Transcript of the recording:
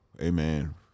Amen